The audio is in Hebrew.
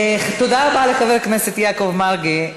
תודה רבה לחבר הכנסת יעקב מרגי.